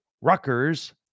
Rutgers